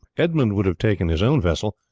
edmund would have taken his own vessel,